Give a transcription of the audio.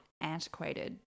antiquated